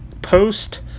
post